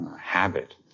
habit